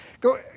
Go